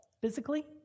physically